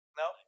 no